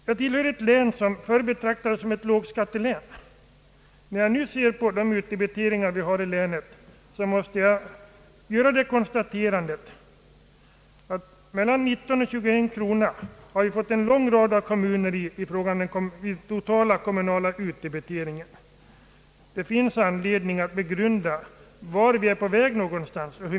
Jag tillhör ett län som förr betraktades som ett lågskattelän. När jag nu ser på de utdebiteringar vi har i länet måste jag konstatera att vi har fått mellan 19 och 21 kronor för en lång rad kommuner i total kommunal utdebitering. Det finns anledning att begrunda vart vi är på väg.